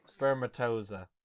Spermatosa